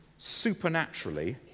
supernaturally